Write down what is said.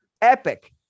Epic